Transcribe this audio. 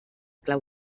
clau